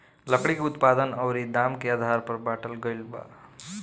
लकड़ी के उत्पादन अउरी दाम के आधार पर बाटल गईल बा